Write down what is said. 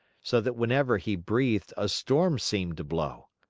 so that whenever he breathed a storm seemed to blow.